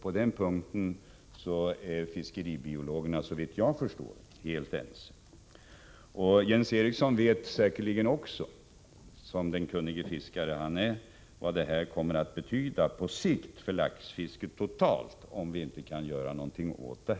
På den punkten är fiskeribiologerna, såvitt jag Fredagen den förstår, helt ense. Jens Eriksson vet säkerligen också, som den kunnige 26 oktober 1984 fiskare han är, vad det på sikt kommer att betyda för laxfisket totalt om vi inte kan göra något åt problemet.